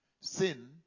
sin